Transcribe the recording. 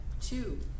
two